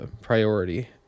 priority